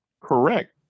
Correct